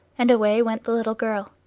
and away went the little girl.